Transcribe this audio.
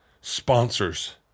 sponsors